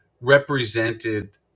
represented